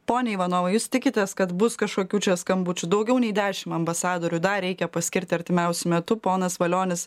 pone ivanovai jūs tikitės kad bus kažkokių čia skambučių daugiau nei dešim ambasadorių dar reikia paskirti artimiausiu metu ponas valionis